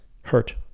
hurt